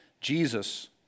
Jesus